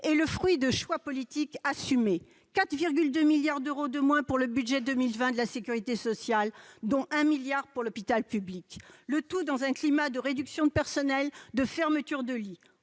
est le fruit de choix politiques assumés : 4,2 milliards d'euros de moins pour le budget 2020 de la sécurité sociale, dont 1 milliard pour l'hôpital public. Le tout dans un climat de réduction de personnels et de fermetures de lits